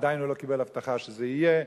הוא עדיין לא קיבל הבטחה שזה יהיה.